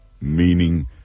meaning